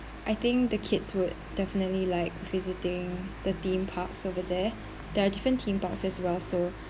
I think the kids would definitely like visiting the theme parks over there there are different theme parks as well so